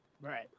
Right